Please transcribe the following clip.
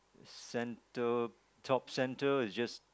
center top center it just